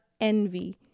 envy